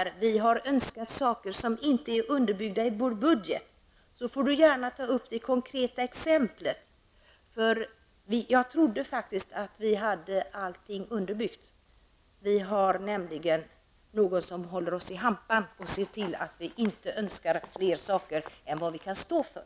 att vi har önskat saker och ting utan att ha det underbyggt i vår budget, får han ta fram konkreta exempel. Jag trodde faktiskt att alla våra förslag var ordentligt underbyggda. Vi har nämligen någon som tar oss i hampan och ser till att vi inte önskar mer än vad vi kan stå för.